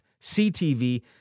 CTV